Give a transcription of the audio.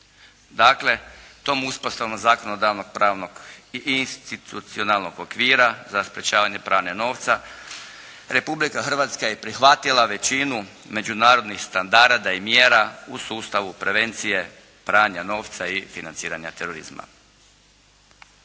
Dakle tom uspostavom zakonodavnog pravnog i institucionalnog okvira za sprečavanje pranja novca Republika Hrvatska je prihvatila većinu međunarodnih standarada i mjera u sustavu prevencije pranja novca i financiranja terorizma.